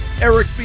Eric